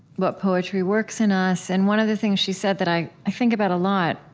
what poetry works in us. and one of the things she said that i think about a lot,